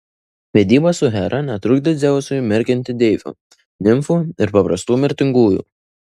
vedybos su hera netrukdė dzeusui merginti deivių nimfų ir paprastų mirtingųjų